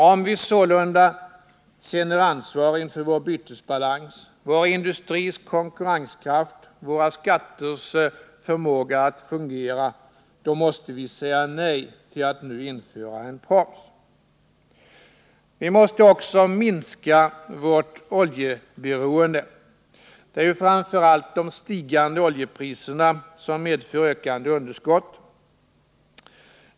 Om vi sålunda känner ansvar inför vår bytesbalans, vår industris konkurrenskraft och våra skatters förmåga att fungera måste vi säga nej till att nu införa en proms. Vi måste också minska vårt oljeberoende. Det är ju framför allt de stigande oljepriserna som medför ökande underskott.